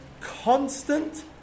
constant